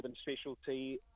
specialty